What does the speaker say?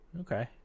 okay